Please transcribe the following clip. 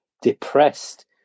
depressed